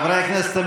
חברי הכנסת,